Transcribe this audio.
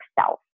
self